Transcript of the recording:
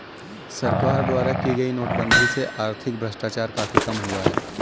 सरकार द्वारा की गई नोटबंदी से आर्थिक भ्रष्टाचार काफी कम हुआ है